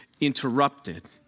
interrupted